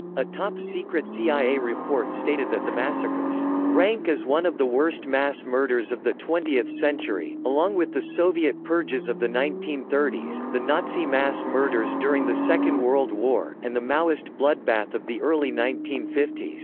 a top-secret cia report stated that the massacres rank as one of the worst mass murders of the twentieth century, along with the soviet purges of the nineteen thirty s, the nazi mass murders during the second world war, and the maoist bloodbath of the early nineteen fifty